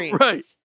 right